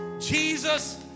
Jesus